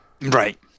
Right